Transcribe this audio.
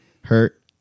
hurt